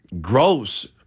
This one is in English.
gross